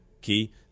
key